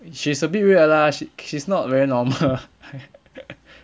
she's a bit weird lah she she's not very normal